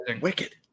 Wicked